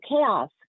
chaos